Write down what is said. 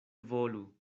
volu